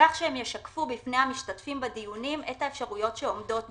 כך שהם ישקפו בפני המשתתפים בדיון את האפשרויות שעומדות בפניהם,